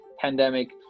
pandemic